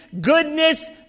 goodness